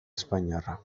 espainiarra